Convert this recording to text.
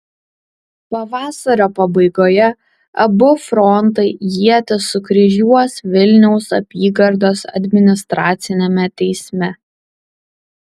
pavasario pabaigoje abu frontai ietis sukryžiuos vilniaus apygardos administraciniame teisme